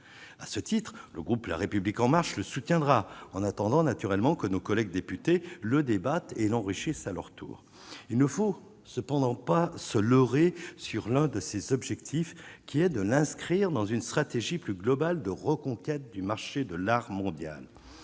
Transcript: à ce titre, le groupe La République en marche le soutiendra en attendant naturellement que nos collègues députés le débat et l'enrichisse à leur tour, il ne faut cependant pas se leurrer sur l'un de ses s'objectif qui est de l'inscrire dans une stratégie plus globale de reconquête du marché de l'art mondial